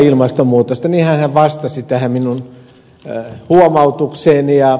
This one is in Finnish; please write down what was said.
niinhän hän vastasi tähän minun huomautukseeni